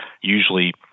usually